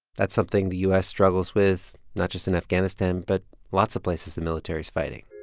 that's something the u s. struggles with not just in afghanistan but lots of places the military's fighting.